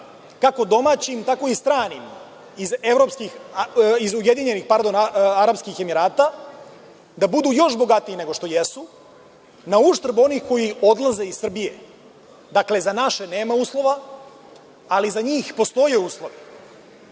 kako domaćim tako i stranim, iz Ujedinjenih Arapskih Emirata da budu još bogatiji nego što jesu, nauštrb onih koji odlaze iz Srbije. Dakle, za naše nema uslova, ali za njih postoje uslovi.